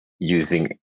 using